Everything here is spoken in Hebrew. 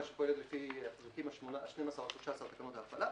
שפועלת לפי פרקים 12 ו-13 לתקנות ההפעלה.